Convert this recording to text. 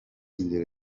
ingero